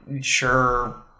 sure